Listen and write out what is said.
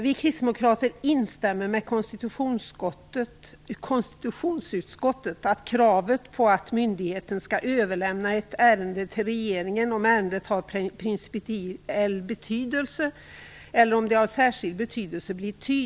Vi kristdemokrater instämmer i konstitutionsutskottets krav på att myndigheten skall överlämna ett ärende till regeringen, om ärendet har principiell eller särskild betydelse.